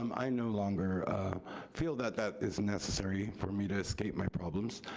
um i no longer feel that that is necessary for me to escape my problems,